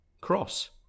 cross